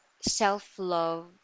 self-love